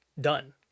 done